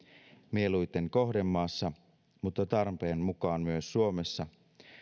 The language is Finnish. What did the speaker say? mieluiten kohdemaassa mutta tarpeen mukaan myös suomessa